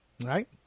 Right